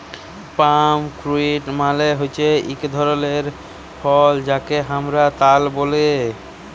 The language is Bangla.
পাম ফ্রুইট মালে হচ্যে এক ধরলের ফল যাকে হামরা তাল ব্যলে